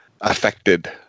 affected